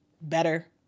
better